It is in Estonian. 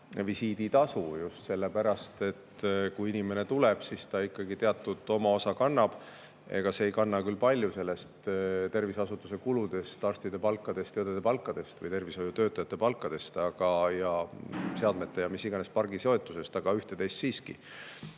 visiiditasu, just sellepärast, et kui inimene tuleb, siis ta ikkagi teatud oma osa kannab. See ei kata küll palju terviseasutuse kuludest, arstide palkadest ja õdede palkadest või tervishoiutöötajate palkadest, seadmete ja mis iganes pargi soetusest, aga üht-teist siiski.